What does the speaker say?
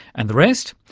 and the rest?